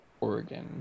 Oregon